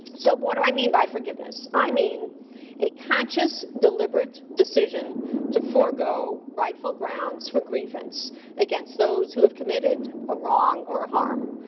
so, but what do i mean by forgiveness? i mean a conscious, deliberate decision to forego rightful grounds for grievance against those who have committed a wrong or a harm.